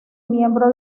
miembro